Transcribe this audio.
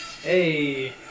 Hey